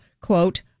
Quote